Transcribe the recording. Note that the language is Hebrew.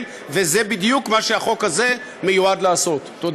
אתה נשמע לי כמו הודעה, תודה